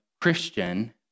Christian